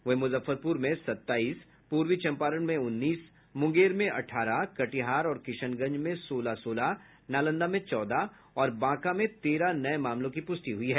वहीं मुजफ्फरपुर में सताईस पूर्वी चंपारण में उन्नीस मुंगेर में अठारह कटिहार और किशनगंज में सोलह सोलह नालंदा में चौदह और बांका में तेरह नये मामलों की पुष्टि हुई है